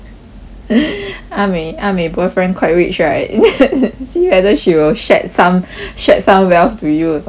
ah mei ah mei boyfriend quite rich right see whether she will shared some shared some wealth to you or not